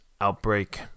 outbreak